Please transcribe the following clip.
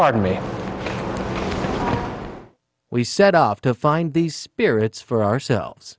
pardon me we set off to find these spirits for ourselves